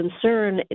concern